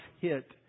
hit